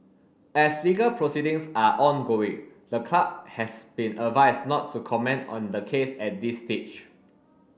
as legal proceedings are ongoing the club has been advised not to comment on the case at this stage